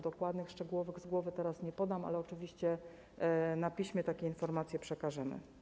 Dokładnych, szczegółowych liczb państwu z głowy teraz nie podam, ale oczywiście na piśmie takie informacje przekażemy.